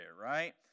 right